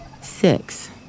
Six